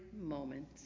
moment